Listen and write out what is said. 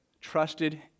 trusted